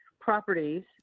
properties